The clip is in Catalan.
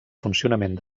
funcionament